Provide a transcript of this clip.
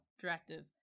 directive